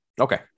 Okay